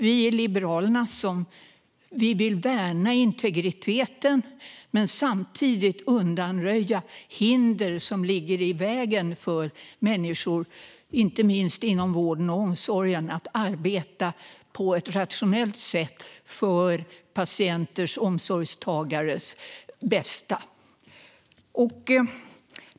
Vi i Liberalerna vill värna integriteten men samtidigt undanröja hinder som ligger i vägen för människor, inte minst inom vården och omsorgen, att arbeta på ett rationellt sätt för patienters, omsorgstagares, bästa.